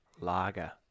Lager